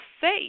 faith